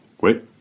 Wait